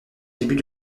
début